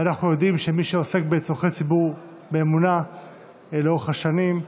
ואנחנו יודעים שמי שעוסק בצורכי ציבור באמונה לאורך השנים,